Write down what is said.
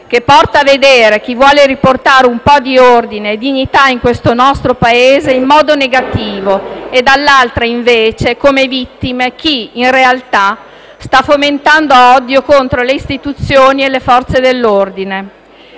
che porta a vedere chi vuole riportare un po' di ordine e dignità in questo nostro Paese in modo negativo e, dall'altra invece, come vittima chi in realtà sta fomentando odio contro le istituzioni e le Forze dell'ordine.